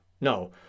no